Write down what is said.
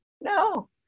no